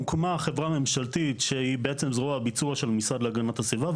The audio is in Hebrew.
הוקמה חברה ממשלתית שהיא בעצם זרוע הביצוע של המשרד להגנת הסביבה,